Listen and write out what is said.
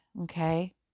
Okay